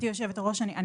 אנו